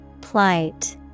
Plight